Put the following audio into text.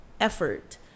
effort